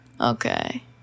Okay